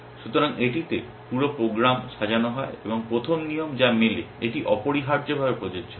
সুতরাং এটিতে পুরো প্রোগ্রাম সাজানো হয় এবং প্রথম নিয়ম যা মেলে এটি অপরিহার্যভাবে প্রযোজ্য হবে